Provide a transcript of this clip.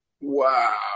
Wow